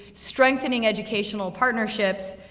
strengthening educational partnerships,